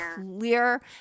clear